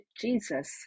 Jesus